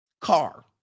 Car